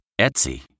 Etsy